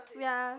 ya